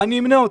ואני אמנה אותם: